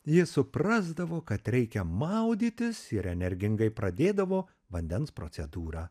jis suprasdavo kad reikia maudytis ir energingai pradėdavo vandens procedūrą